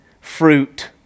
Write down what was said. fruit